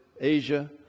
Asia